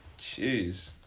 Jeez